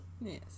Yes